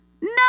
No